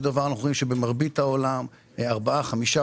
מה שאנחנו רואים פה זה את אחת הדוגמאות הכי מובהקות לבעיית התחרותיות,